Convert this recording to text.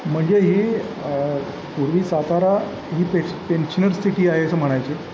म्हणजे ही पूर्वी सातारा ही पेश पेन्शनर सिटी आहे असं म्हणायची